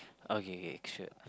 okay okay sure